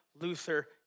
Luther